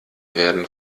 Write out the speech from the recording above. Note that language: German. werden